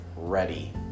ready